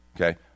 Okay